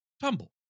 tumble